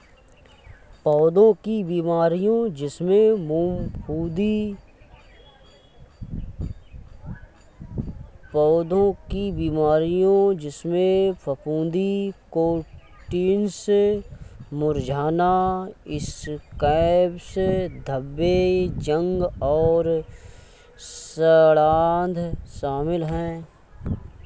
पौधों की बीमारियों जिसमें फफूंदी कोटिंग्स मुरझाना स्कैब्स धब्बे जंग और सड़ांध शामिल हैं